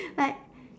like